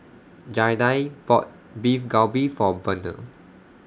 Jaida bought Beef Galbi For Burnell